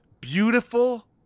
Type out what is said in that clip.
beautiful